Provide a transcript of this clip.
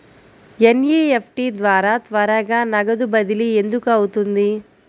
NEFT ద్వారా త్వరగా నగదు బదిలీ ఎందుకు అవుతుంది?